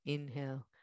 Inhale